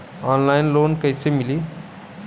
Online loan कइसे मिली?